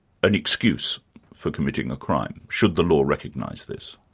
an excuse for committing a crime? should the law recognise this?